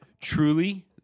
truly